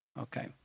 Okay